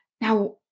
Now